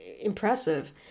impressive